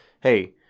hey